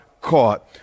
caught